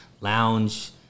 lounge